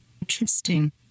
Interesting